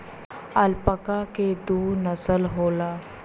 alpaca क दू नसल होला